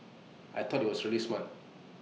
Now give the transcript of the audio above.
I thought IT was really smart